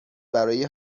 برای